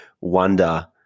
wonder